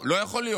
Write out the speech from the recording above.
לא יכול להיות,